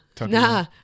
nah